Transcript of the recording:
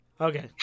Okay